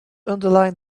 underline